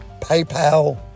PayPal